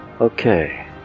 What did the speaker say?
Okay